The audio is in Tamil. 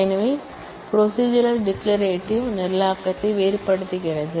எனவே ப்ரோசிஜுரல் டிக்ளரேட்டிவ் ப்ரோக்ராம்மிங் வேறுபடுத்துகிறது